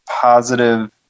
positive